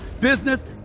business